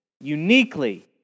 uniquely